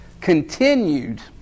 continued